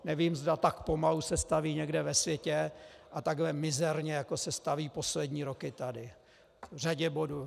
Nevím, zda tak pomalu se staví někde ve světě, a takhle mizerně, jako se staví poslední roky tady v řadě bodů.